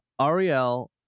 Ariel